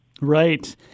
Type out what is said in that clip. Right